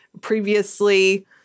previously